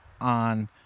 on